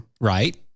Right